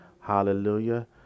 Hallelujah